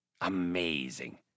Amazing